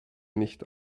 nicht